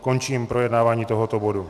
Končím projednávání tohoto bodu.